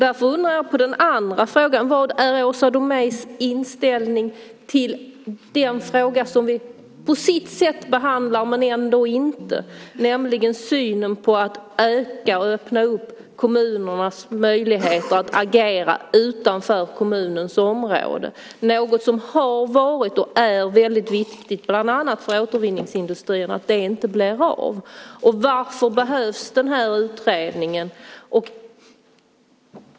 Därför undrar jag om den andra frågan: Vad är Åsa Domeijs inställning till den fråga som vi på sitt sätt behandlar men ändå inte, nämligen synen på att öka och öppna upp kommunernas möjligheter att agera utanför kommunens område? Det är något som har varit och är väldigt viktigt, bland annat för återvinningsindustrin, att det inte blir av. Varför behövs den här utredningen?